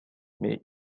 mais